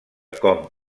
com